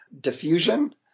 diffusion